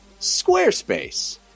Squarespace